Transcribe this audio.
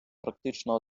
практично